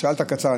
שאלת קצר,